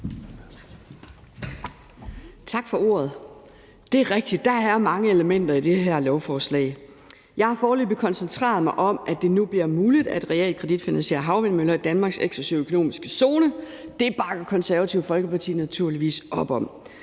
Tak for ordet. Det er rigtigt, at der er mange elementer i det her lovforslag. Jeg har foreløbig koncentreret mig om, at det nu bliver muligt at realkreditfinansiere havvindmøller i Danmarks eksklusive økonomiske zone. Det bakker Det Konservative Folkeparti naturligvis op om.